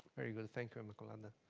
very good. thank um like ah and